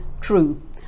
true